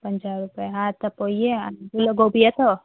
पंजाहु रुपए हा त पोइ इहे आहे अधु किलो गोभी अथव